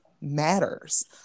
matters